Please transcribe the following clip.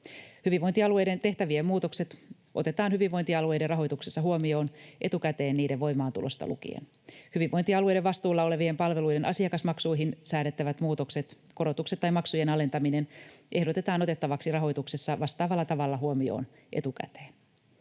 Hyvinvointialueiden tehtävien muutokset otetaan hyvinvointialueiden rahoituksessa huomioon etukäteen niiden voimaantulosta lukien. Hyvinvointialueiden vastuulla olevien palveluiden asiakasmaksuihin säädettävät muutokset, korotukset tai maksujen alentaminen ehdotetaan otettavaksi rahoituksessa vastaavalla tavalla huomioon etukäteen.